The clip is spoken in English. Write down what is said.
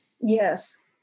yes